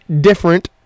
different